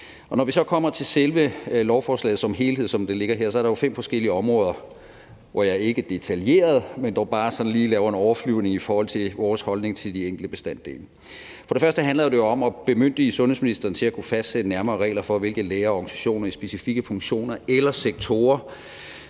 Når vi så kommer til selve lovforslaget som helhed, som det ligger her, så er der jo fem forskellige områder, hvor jeg ikke detaljeret vil gå ind i det, men dog bare sådan lige vil lave en overflyvning i forhold til vores holdning til de enkelte bestanddele. For det første handler det jo om at bemyndige sundhedsministeren til at kunne fastsætte nærmere regler for, hvilke læger og organisationer i specifikke funktioner eller sektorer